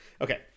Okay